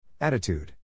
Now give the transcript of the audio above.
Attitude